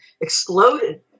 exploded